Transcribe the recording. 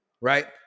right